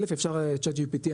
א' אפשר צ'אט GPT,